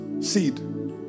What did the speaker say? seed